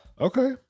Okay